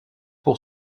pour